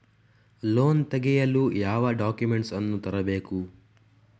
Loan ತೆಗೆಯಲು ಯಾವ documents ಅನ್ನು ತರಬೇಕು?